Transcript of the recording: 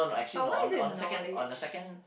but why is it knowledge